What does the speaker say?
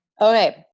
Okay